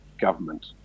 government